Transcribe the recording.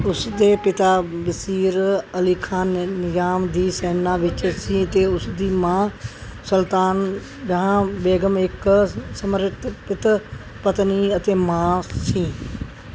ਉਸ ਦੇ ਪਿਤਾ ਬਸ਼ੀਰ ਅਲੀ ਖਾਂ ਨਿਜ਼ਾਮ ਦੀ ਸੈਨਾ ਵਿੱਚ ਸੀ ਅਤੇ ਉਸ ਦੀ ਮਾਂ ਸੁਲਤਾਨ ਜਹਾਂ ਬੇਗਮ ਇੱਕ ਸਮਰਪਿਤ ਪਤਨੀ ਅਤੇ ਮਾਂ ਸੀ